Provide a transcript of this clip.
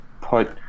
put